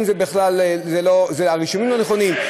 אם הרישומים לא נכונים,